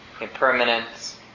Impermanence